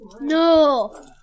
No